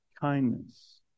kindness